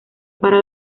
para